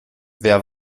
wer